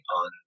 on